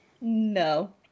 No